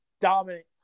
dominant